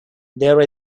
there